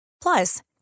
Plus